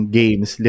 games